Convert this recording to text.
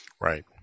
Right